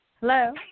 Hello